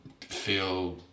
feel